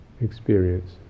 experience